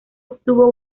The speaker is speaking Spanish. obtuvo